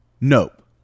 Nope